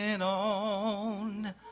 on